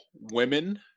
women